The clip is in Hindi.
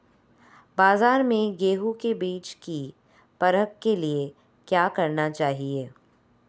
बाज़ार में गेहूँ के बीज की परख के लिए क्या करना चाहिए?